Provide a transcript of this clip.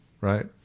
right